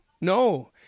No